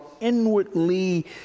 inwardly